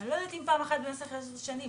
אני לא יודעת אם פעם אחת במשך עשר שנים,